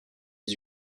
dix